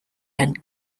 and